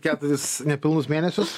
keturis nepilnus mėnesius